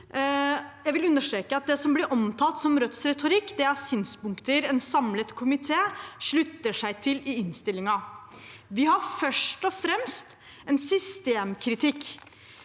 Jeg vil understreke at det som ble omtalt som Rødts retorikk, er synspunkter en samlet komité slutter seg til i innstillingen. Vi har først og fremst en systemkritikk,